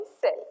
cell